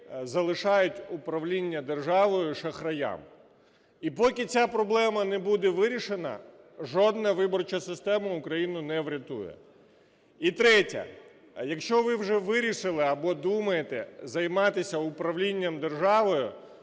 залишають управління державою шахраям. І поки ця проблема не буде вирішена, жодна виборча система Україну не врятує. І третє. Якщо ви вже вирішили або думаєте займатися управлінням державою,